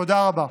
תודה רבה.